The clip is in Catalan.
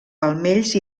palmells